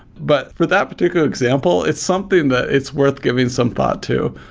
but for that particular example, it's something that it's worth giving some thought to,